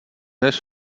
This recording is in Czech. než